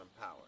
Power